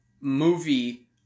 movie